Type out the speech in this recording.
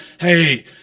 Hey